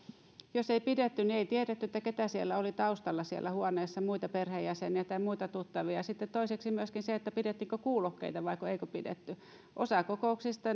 jos ei pidetty niin ei tiedetty ketä muita siellä oli taustalla huoneessa perheenjäseniä tai muita tuttavia ja sitten toiseksi myöskin pidettiinkö kuulokkeita vaiko eikö pidetty osa kokouksista